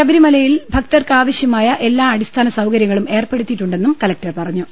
ശബരിമലയിൽ ഭക്തർക്കാവശ്യമായ എല്ലാ അടിസ്ഥാന സൌകര്യങ്ങളും ഏർപ്പെടുത്തിയിട്ടു ണ്ടെന്നും കലക്ടർ പറഞ്ഞു